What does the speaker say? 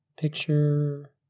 picture